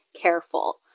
careful